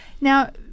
Now